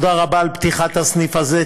תודה רבה על פתיחת הסניף הזה,